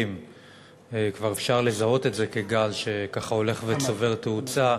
וכבר לזהות את זה כגל שככה הולך וצובר תאוצה.